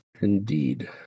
Indeed